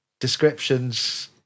descriptions